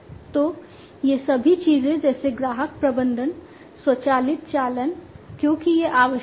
तो ये सभी चीजें जैसे ग्राहक प्रबंधन स्वचालित चालान क्योंकि यह आवश्यक है